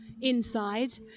inside